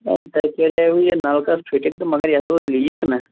وۅنۍ تۅہہِ کَریاوٕ یہِ نَلکَس فِٹِنٛگ تہٕ مگر یَتھ اوس لیٖک نا